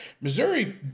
Missouri